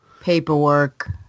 paperwork